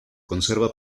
conserva